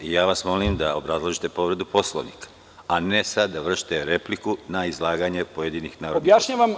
Ja vas molim da obrazložite povredu Poslovnika, a ne da sada vršite repliku na izlaganje pojedinih narodnih poslanika.